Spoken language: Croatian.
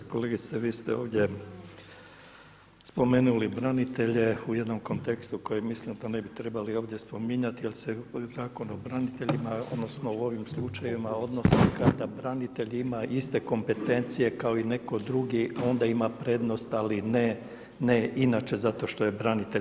Kolegice vi ste ovdje spomenuli branitelje u jednom kontekstu koji mislim da ne bi trebali ovdje spominjati jer se Zakon o braniteljima odnosno u ovim slučajevima odnosi kada branitelj ima iste kompetencije kao i neko drugo onda ima prednost ali ne, ne inače zato što je branitelj.